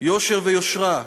יושר ויושרה,